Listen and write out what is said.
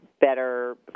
better